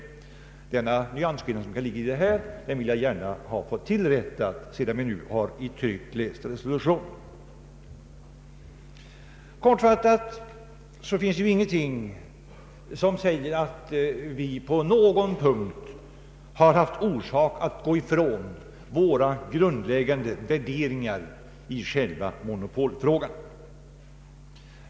Den nyansskillnad som ligger häri vill jag gärna betona och dessutom rätta till vårt skrivsätt, sedan vi nu i tryck har läst resolutionen. Sedan vi sist debatterade dessa frågor har ingenting hänt som föranleder oss att gå ifrån våra grundläggande värderingar i själva monopolfrågan.